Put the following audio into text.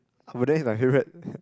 is my favourite